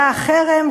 בא החרם,